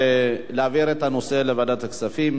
להעביר את הנושא לוועדת הכספים.